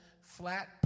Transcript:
flat